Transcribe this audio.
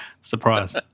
Surprise